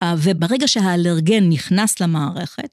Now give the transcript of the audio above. וברגע שהאלרגן נכנס למערכת...